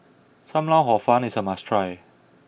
Sam Lau Hor Fun is a must try